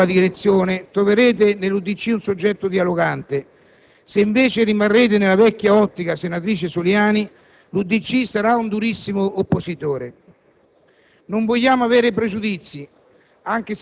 Se vi orienterete in questa nuova direzione, troverete nell'UDC un soggetto dialogante; se invece rimarrete nella vecchia ottica, senatrice Soliani, l'UDC sarà un durissimo oppositore.